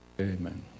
Amen